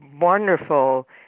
wonderful